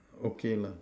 okay lah